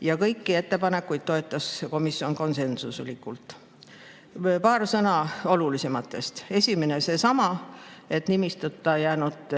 ja kõiki ettepanekuid toetas komisjon konsensuslikult. Paar sõna olulisematest. Esimene on seesama, et perearstita jäänud